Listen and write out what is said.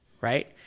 right